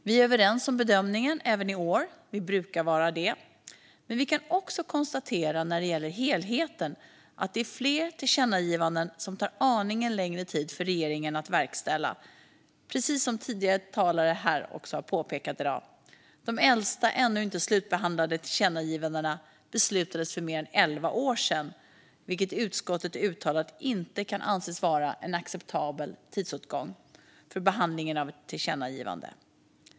Vi är överens om bedömningen även i år - vi brukar vara det - men kan när det gäller helheten konstatera att det är fler tillkännagivanden som tar aningen längre tid för regeringen att verkställa, precis som tidigare talare också har påpekat i dag. De äldsta ännu inte slutbehandlade tillkännagivandena gjordes för mer än elva år sedan, vilket utskottet har uttalat inte kan anses vara en acceptabel tidsåtgång för behandlingen av ett tillkännagivande.